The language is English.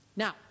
Now